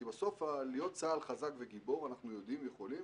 כי בסוף להיות צה"ל חזק וגיבור אנחנו יודעים ויכולים,